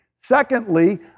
Secondly